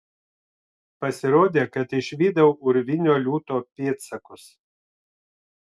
pasirodė kad išvydau urvinio liūto pėdsakus